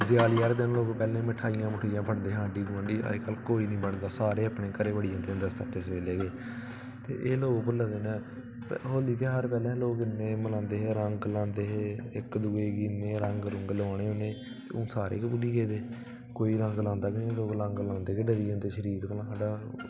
देआली आह्ले दिन लोक पैह्लें मठाइयां बंडदे हे गोआंढियें गी अज्जकल कोई निं बंडदा अज्जकल सारे घर बड़ी जंदे न सत्तें सबेल्ले ते एह् लोग भुल्ला दे न होली ध्यार लोग बड़ा इंया मनांदे हे रंग लांदे हे इक्क दूऐ गी इन्ने रंग लोआने उनें हून सारे गै भुल्ली गेदे कोई रंग लांदा गै नेईं लोक रंग लाने कोला डरी जंदे पैह्लें गै